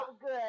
good